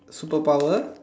super power